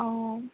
অঁ